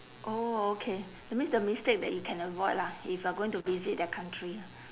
oh okay that means the mistake that you can avoid lah if you are going to visit that country